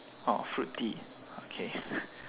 oh fruit tea okay